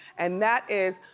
and that is,